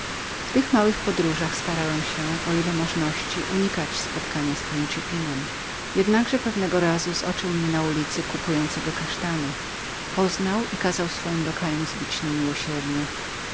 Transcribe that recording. w tych małych podróżach starałem się o ile możności unikać spotkania z principinem jednakże pewnego razu zoczył mnie na ulicy kupującego kasztany poznał i kazał swoim lokajom zbić niemiłosiernie